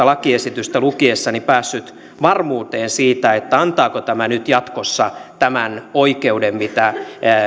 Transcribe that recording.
lakiesitystä lukiessani päässyt varmuuteen siitä antaako tämä jatkossa tämän oikeuden mitä